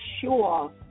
sure